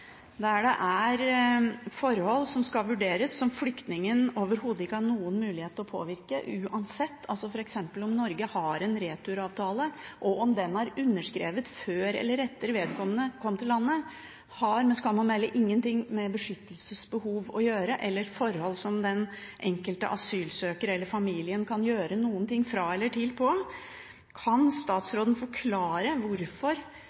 vurderes, som flyktningen overhodet ikke har noen mulighet til å påvirke uansett. Om Norge har en returavtale f.eks., og om den er underskrevet før eller etter vedkommende kom til landet, har med skam å melde ingenting med beskyttelsesbehov – eller med forhold hvor den enkelte asylsøker, eller familien, kan gjøre noe fra eller til – å gjøre. Kan statsråden forklare hvorfor